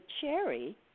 Cherry